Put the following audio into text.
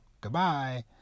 goodbye